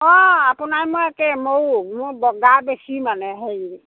অঁ আপোনাৰ মই একে ময়ো মোৰ বগা বেছি মানে হেৰি